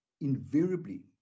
invariably